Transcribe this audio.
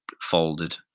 folded